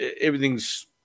everything's